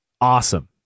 awesome